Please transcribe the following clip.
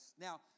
Now